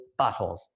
buttholes